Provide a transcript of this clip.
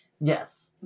Yes